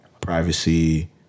privacy